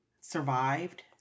survived